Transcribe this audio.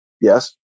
Yes